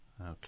Okay